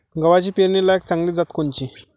गव्हाची पेरनीलायक चांगली जात कोनची?